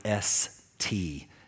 ST